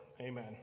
Amen